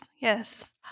yes